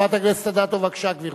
חברת הכנסת אדטו, בבקשה, גברתי.